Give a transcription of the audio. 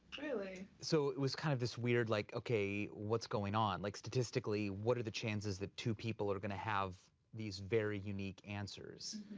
really? so, it was kind of this weird, like, okay, okay, what's going on? like, statistically, what are the chances that two people are gonna have these very unique answers?